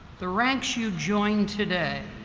the ranks you join today